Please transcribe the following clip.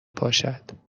پاشد